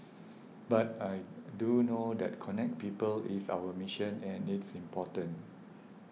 but I do know that connect people is our mission and it's important